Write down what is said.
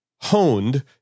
honed